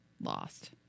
lost